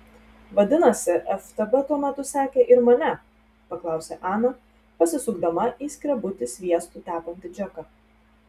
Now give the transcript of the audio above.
vadinasi ftb tuo metu sekė ir mane paklausė ana pasisukdama į skrebutį sviestu tepantį džeką